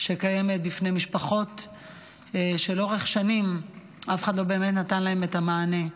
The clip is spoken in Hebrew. שקיימת בפני משפחות שלאורך שנים אף אחד לא נתן להם את המענה,